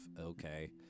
okay